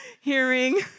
hearing